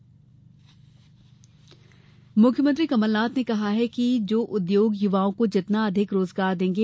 CM उद्योगपति मुख्यमंत्री कमलनाथ ने कहा है कि जो उद्योग युवाओं को जितना अधिक रोजगार देंगे